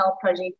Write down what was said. project